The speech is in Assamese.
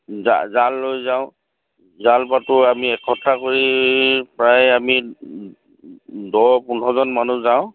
জাল লৈ যাওঁ জাল পাতোঁ আমি এক কঠা কৰি প্ৰায় আমি দহ পোন্ধৰজন মানুহ যাওঁ